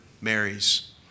Mary's